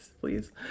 please